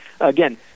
again